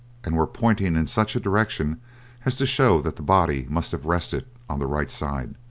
and were pointing in such a direction as to show that the body must have rested on the right side.